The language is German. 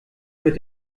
mit